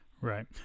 Right